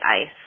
ice